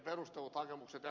tässä kuten ed